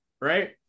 right